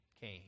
came